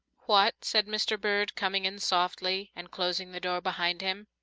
what! said mr. bird, coming in softly and closing the door behind him.